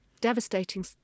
devastating